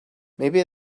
maybe